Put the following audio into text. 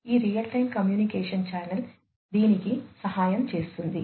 ఈ real time communication channel దీనికి సహాయం చేస్తుంది